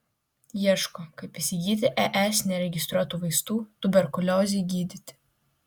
ieško kaip įsigyti es neregistruotų vaistų tuberkuliozei gydyti